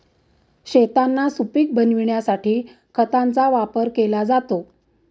शेतांना सुपीक बनविण्यासाठी खतांचा वापर केला जातो